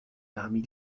parmi